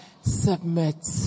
submit